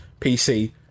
PC